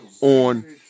On